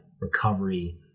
recovery